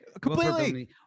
completely